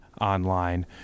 online